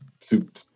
soup